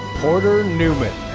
porter newman.